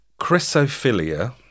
Chrysophilia